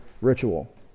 ritual